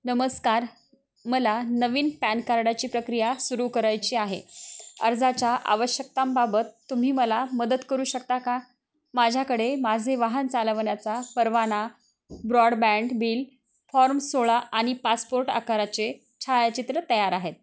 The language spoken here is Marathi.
नमस्कार मला नवीन पॅन कार्डाची प्रक्रिया सुरू करायची आहे अर्जाच्या आवश्यकतांबाबत तुम्ही मला मदत करू शकता का माझ्याकडे माझे वाहन चालवण्याचा परवाना ब्रॉडबँड बिल फॉर्म सोळा आणि पासपोर्ट आकाराचे छायाचित्र तयार आहेत